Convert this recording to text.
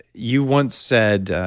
you once said,